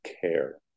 care